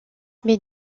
mais